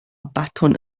baton